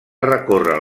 recórrer